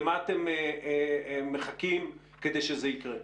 למה אתם מחכים כדי שזה יקרה?